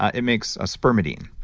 it makes a spermidine.